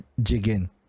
jigen